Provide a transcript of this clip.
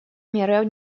меры